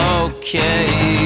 okay